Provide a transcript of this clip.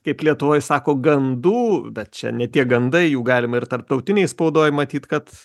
kaip lietuvoj sako gandų bet čia ne tiek gandai jų galima ir tarptautinėj spaudoj matyt kad